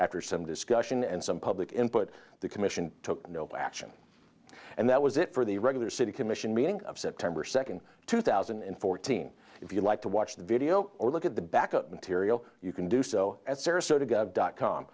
after some discussion and some public input the commission took no action and that was it for the regular city commission meeting september second two thousand and fourteen if you like to watch the video or look at the back up material you can do so at